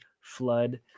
flood